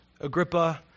Agrippa